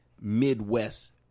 Midwest